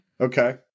Okay